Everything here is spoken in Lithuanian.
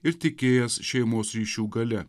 ir tikėjęs šeimos ryšių galia